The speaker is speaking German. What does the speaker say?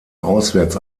auswärts